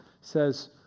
says